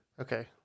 Okay